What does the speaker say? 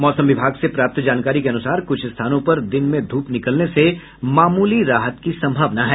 मौसम विभाग से प्राप्त जानकारी के अनुसार कुछ स्थानों पर दिन में धूप निकलने से मामूली राहत की संभावना है